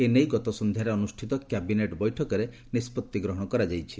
ଏନେଇ ଗତ ସନ୍ଧ୍ୟାରେ ଅନୁଷ୍ଠିତ କ୍ୟାବିନେଟ୍ ବୈଠକରେ ନିଷ୍କଭି ଗ୍ରହଣ କରାଯାଇଛି